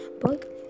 book